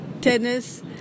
tennis